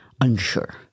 unsure